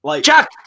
Jack